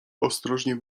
ostrożnie